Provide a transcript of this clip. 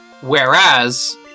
Whereas